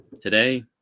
today